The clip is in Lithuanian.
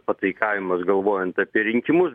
pataikavimas galvojant apie rinkimus